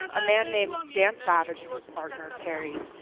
um a man named dan savage and his partner, terry,